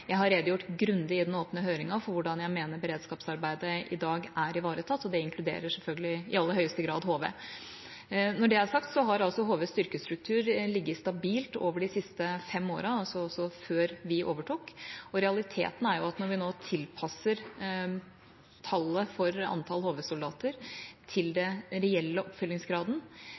Jeg har redegjort grundig i den åpne høringa for hvordan jeg mener beredskapsarbeidet i dag er ivaretatt, og det inkluderer selvfølgelig i aller høyeste grad HV. Når det er sagt, har altså HVs styrkestruktur ligget stabilt over de siste fem årene, altså også før vi overtok, og realiteten er at når vi nå tilpasser tallet for antall HV-soldater til den reelle oppfyllingsgraden,